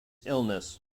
illness